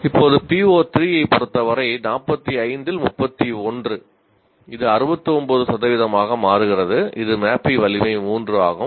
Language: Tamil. இப்போது PO3 ஐப் பொருத்தவரை 45 இல் 31 இது 69 சதவிகிதமாக மாற்றுகிறது இது மேப்பிங் வலிமை 3 ஆகும்